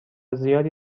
زیادی